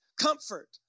comfort